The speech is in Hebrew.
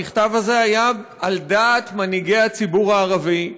המכתב הזה היה על דעת מנהיגי הציבור הערבי,